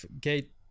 gate